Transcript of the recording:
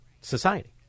society